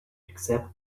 except